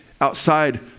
Outside